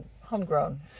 homegrown